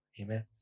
Amen